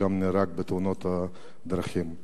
שגם נהרג בתאונת הדרכים,